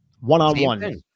One-on-one